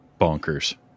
bonkers